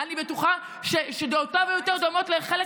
אני בטוחה שדעותיו היו יותר דומות לחלק